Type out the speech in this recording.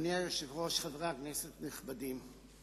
אדוני היושב-ראש, חברי כנסת נכבדים,